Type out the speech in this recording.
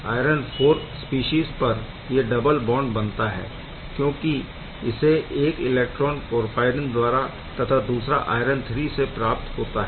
इस iron IV species पर यह डबल बॉन्ड बनता है क्योंकि इसे एक इलेक्ट्रॉन पोरफ़ाईरिन द्वारा तथा दूसरा आयरन III से प्राप्त होता है